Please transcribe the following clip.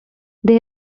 they